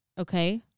Okay